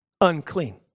unclean